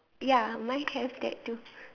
ya mine has that too